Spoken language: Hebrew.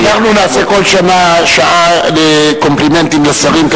אנחנו נעשה כל שנה שעה לקומפלימנטים לשרים.